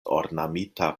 ornamita